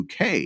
UK